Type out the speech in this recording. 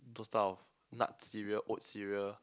those type of nut cereal oat cereal